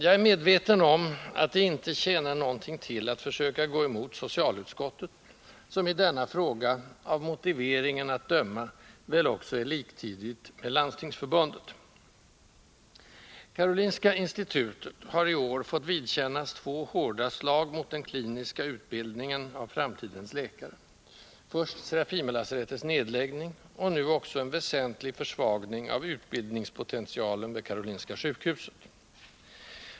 Jag är medveten om att det inte tjänar något till att försöka gå emot socialutskottet, som i denna fråga av motiveringen att döma väl också är liktydigt med Landstingsförbundet. Karolinska institutet har i år fått vidkännas två hårda slag mot den kliniska utbildningen av framtidens läkare: först Serafimerlasarettets nedläggning och nu också en väsentlig försvagning av utbildningspotentialen vid Karolinska sjukhuset.